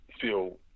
feel